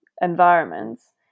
environments